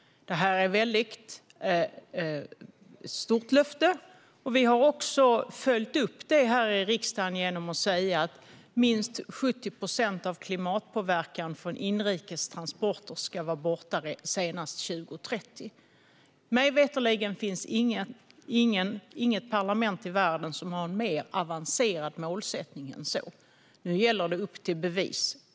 Det är ett väldigt stort löfte. Vi har följt upp det här i riksdagen genom att säga att minst 70 procent av klimatpåverkan från inrikes transporter ska vara borta senast 2030. Mig veterligen finns det inget parlament i världen som har en mer avancerad målsättning än så. Nu är det upp till bevis.